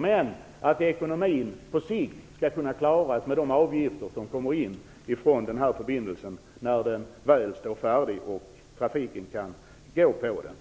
Men på sikt skall projektet kunna finansieras med de avgifter som kommer in ifrån förbindelsen när den väl står färdig och trafiken kan gå på den.